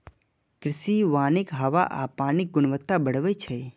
कृषि वानिक हवा आ पानिक गुणवत्ता बढ़बै छै